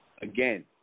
Again